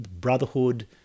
brotherhood